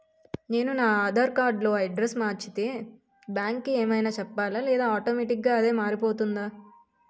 నేను నా ఆధార్ కార్డ్ లో అడ్రెస్స్ మార్చితే బ్యాంక్ కి ఏమైనా చెప్పాలా లేదా ఆటోమేటిక్గా అదే మారిపోతుందా?